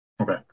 Okay